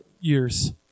years